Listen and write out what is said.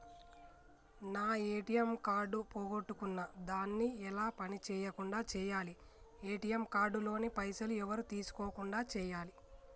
నా ATM card పోగొట్టుకున్నా దాన్ని ఎలా పని చేయకుండా చేయాలి ఏ.టి.ఎమ్ కార్డు లోని పైసలు ఎవరు తీసుకోకుండా చేయాలి?